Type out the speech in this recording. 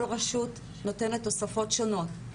כל רשות נותנת תוספות שונות,